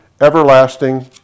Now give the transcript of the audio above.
everlasting